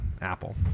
Apple